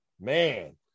Man